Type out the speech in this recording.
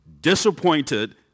Disappointed